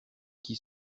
qui